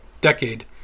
decade